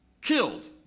killed